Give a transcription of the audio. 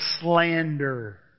slander